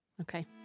Okay